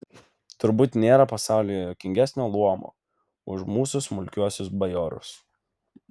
turbūt nėra pasaulyje juokingesnio luomo už mūsų smulkiuosius bajorus